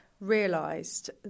realised